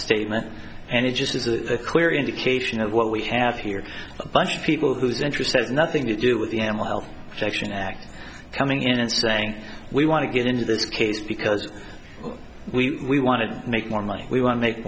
statement and it just is a clear indication of what we have here a bunch of people whose interest has nothing to do with the animal action act coming in and saying we want to get into this case because we want to make more money we want to make